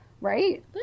right